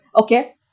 okay